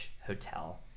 Hotel